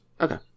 Okay